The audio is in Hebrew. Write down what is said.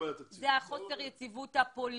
הבעיה הראשונה היא חוסר היציבות הפוליטית.